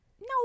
No